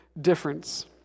difference